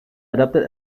adopted